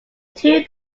two